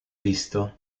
visto